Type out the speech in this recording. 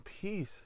peace